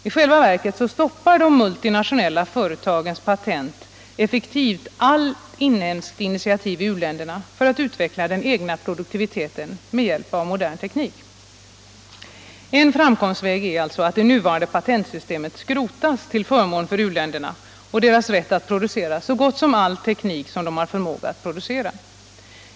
I själva verket stoppar de multinationella företagens patent effektivt allt inhemskt initiativ i u-länderna för att utveckla den egna produktiviteten med hjälp av modern teknik. En framkomstväg är alltså att det nuvarande patentsystemet skrotas till förmån för u-länderna och deras rätt att producera så gott som all teknik de har förmåga att producera.